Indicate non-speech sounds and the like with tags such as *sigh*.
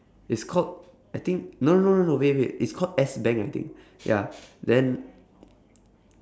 it's called I think no no no no wait wait it's called S bank I think *breath* ya then